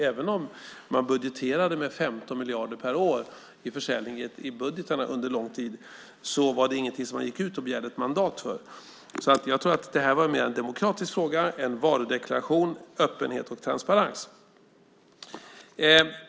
Även om man räknade med 15 miljarder per år för försäljning i budgetarna under lång tid var det ingenting som man gick ut och begärde ett mandat för. För oss var det här mer en demokratisk fråga, en varudeklaration, öppenhet och transparens.